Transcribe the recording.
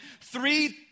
three